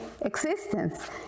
existence